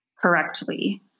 correctly